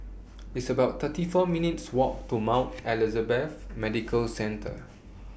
It's about thirty four minutes' Walk to Mount Elizabeth Medical Centre